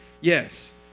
yes